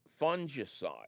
fungicide